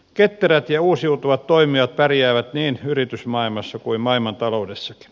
ketterät ja uusiutuvat toimijat pärjäävät niin yritysmaailmassa kuin maailmantaloudessakin